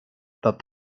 but